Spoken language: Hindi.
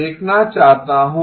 देखना चाहता हूं